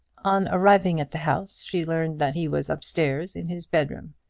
on arriving at the house she learned that he was up-stairs in his bedroom.